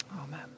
Amen